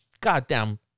goddamn